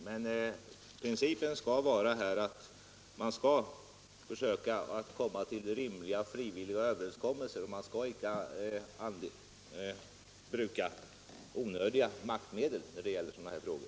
Men principen skall här vara att man skall försöka nå rimliga frivilliga överenskommelser. Man skall icke bruka onödiga maktmedel när det gäller sådana här frågor.